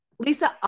Lisa